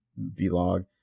vlog